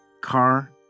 car